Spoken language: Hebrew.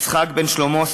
יצחק בן שלמה,